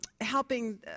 helping